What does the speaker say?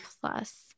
plus